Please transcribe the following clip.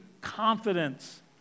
confidence